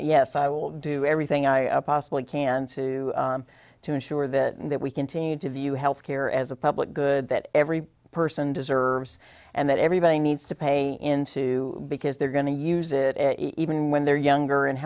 yes i will do everything i possibly can to to ensure that that we continue to view health care as a public good that every person deserves and that everybody needs to pay into because they're going to use it even when they're younger and